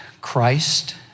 Christ